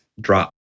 drop